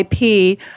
IP